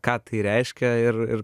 ką tai reiškia ir ir